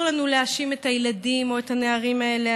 אני חושבת שכחברה אסור לנו להאשים את הילדים או את הנערים האלה.